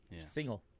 single